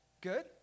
good